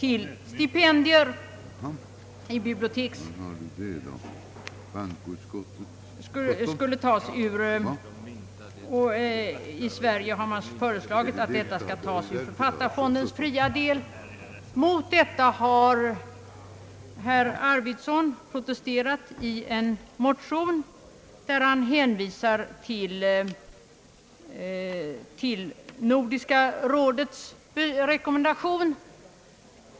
I Sverige föreslår regeringen nu att detta belopp skall tas ur författarfondens fria del. Mot detta har herr Arvidson protesterat i en motion, där han hänvisar till Nordiska rådets rekommendation.